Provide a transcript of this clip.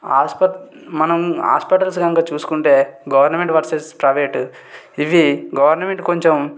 hospital మనం hospitals కనుక చూసుకుంటే గవర్నమెంట్ వర్సెస్ ప్రైవేటు ఇవి గవర్నమెంట్ కొంచెం